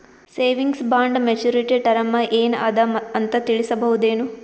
Savings bond maturity term ಏನ ಅದ ಅಂತ ತಿಳಸಬಹುದೇನು?